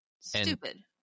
stupid